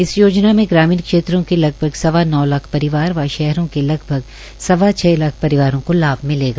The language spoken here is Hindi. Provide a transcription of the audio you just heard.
इस योजना में ग्रामीण क्षेत्रों के लगभग सवा नौ लाख परिवार व शहरों के लगभग सवा छह लाख परिवारों लाभ मिलेगा